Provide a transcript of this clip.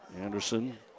Anderson